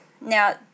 Now